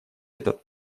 этот